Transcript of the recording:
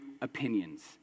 opinions